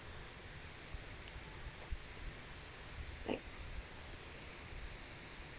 like